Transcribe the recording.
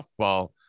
softball